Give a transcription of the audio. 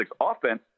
offense